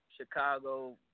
Chicago